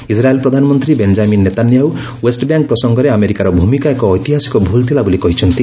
Israel ପ୍ରଧାନମନ୍ତ୍ରୀ Benjamin Netanyahu West Bank ପ୍ରସଙ୍ଗରେ ଆମେରିକାର ଭୂମିକା ଏକ ଐତିହାସିକ ଭୂଲ୍ ଥିଲା ବୋଲି କହିଛନ୍ତି